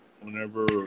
whenever